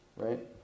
Right